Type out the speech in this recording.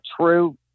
true